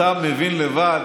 אתה מבין לבד